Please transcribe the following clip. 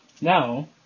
Now